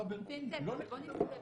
חברתי, לא לכל דבר.